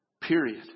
Period